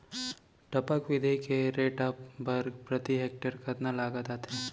टपक विधि के सेटअप बर प्रति हेक्टेयर कतना लागत आथे?